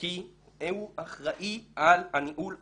הוא אחראי על הניהול הכספי.